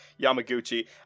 yamaguchi